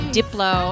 Diplo